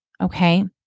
Okay